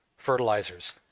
fertilizers